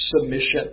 submission